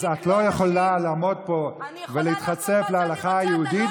אז את לא יכולה לעמוד פה ולהתחצף להלכה היהודית,